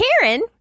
Karen